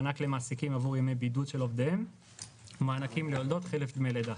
מענק למעסיקים עבור ימי בידוד של עובדים ומענקים ליולדות חלף דמי לידה.